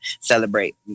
celebrate